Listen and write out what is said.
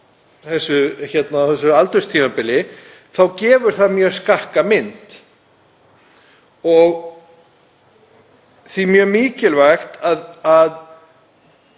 þessu aldurstímabili þá gefur það mjög skakka mynd. Það er því mjög mikilvægt að